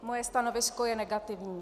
Moje stanovisko je negativní.